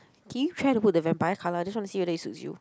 can you try to put the vampire cover I just want to see whether it suits you